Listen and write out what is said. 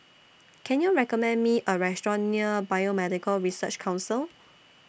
Can YOU recommend Me A Restaurant near Biomedical Research Council